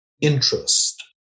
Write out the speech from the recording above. interest